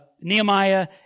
Nehemiah